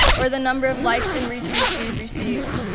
or the number of likes and retweets we've received,